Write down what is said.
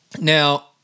Now